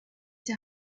der